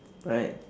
right